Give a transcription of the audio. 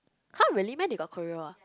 !huh! really meh they got choreo ah